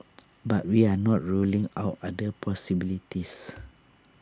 but we are not ruling out other possibilities